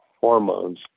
hormones